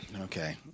Okay